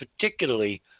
particularly